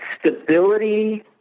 stability